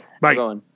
Bye